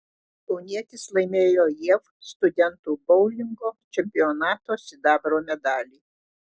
kaunietis laimėjo jav studentų boulingo čempionato sidabro medalį